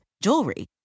jewelry